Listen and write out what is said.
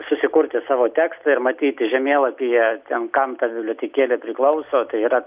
susikurti savo tekstą ir matyti žemėlapyje ten kam ta bibliotekėlė priklauso tai yra